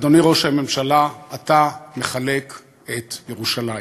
אדוני ראש הממשלה, אתה מחלק את ירושלים.